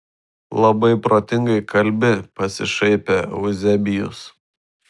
labai protingai kalbi pasišaipė euzebijus